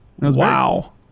wow